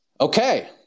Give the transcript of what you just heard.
Okay